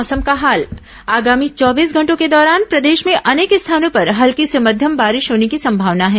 मौसम आगामी चौबीस घंटों के दौरान प्रदेश में अनेक स्थानों पर हल्की से मध्यम बारिश होने की संभावना है